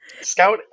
Scout